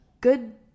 good